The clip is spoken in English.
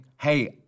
Hey